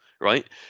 right